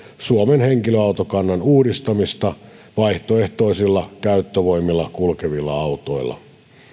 suomen henkilöautokannan uudistamista vaihtoehtoisilla käyttövoimilla kulkevilla autoilla